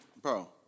bro